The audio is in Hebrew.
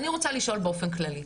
אני רוצה לשאול באופן כללי,